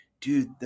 dude